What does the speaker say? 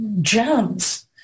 gems